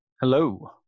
hello